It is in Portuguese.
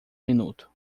minuto